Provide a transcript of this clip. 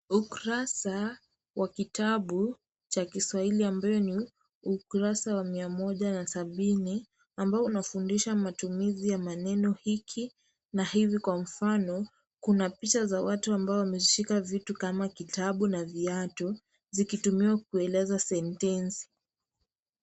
Ukurasa wa kitabu cha kiswahili ambayo ni ukurasa wa mia moja na sabini, ambao unafudisha matumizi ya maneno hiki na hivi kwa mfano, kuna picha za watu ambao wameshika vitu kama kitabu na viatu vikitumiwa kueleza sentensi.